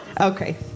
Okay